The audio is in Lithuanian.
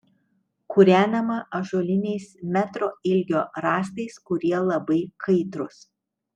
kūrenama ąžuoliniais metro ilgio rąstais kurie labai kaitrūs